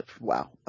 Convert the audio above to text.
wow